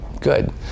Good